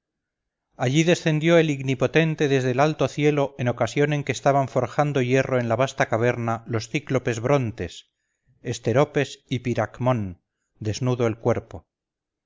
allí descendió el ignipotente desde el alto cielo en ocasión en que estaban forjando hierro en la vasta caverna los cíclopes brontes esteropes y piracmón desnudo el cuerpo